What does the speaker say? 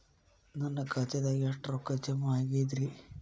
ನನ್ನ ಖಾತೆದಾಗ ಎಷ್ಟ ರೊಕ್ಕಾ ಜಮಾ ಆಗೇದ್ರಿ?